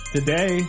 Today